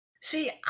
See